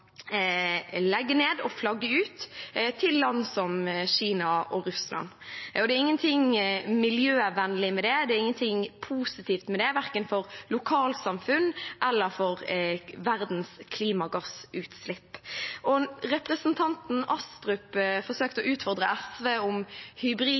legge ned og flagge ut til land som Kina og Russland. Det er ingenting miljøvennlig eller positivt med det, verken for lokalsamfunn eller for verdens klimagassutslipp. Representanten Astrup forsøkte å